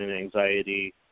anxiety